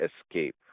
escape